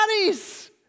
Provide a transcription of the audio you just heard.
bodies